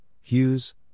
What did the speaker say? Hughes